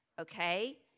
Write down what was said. okay